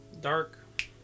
Dark